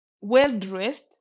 well-dressed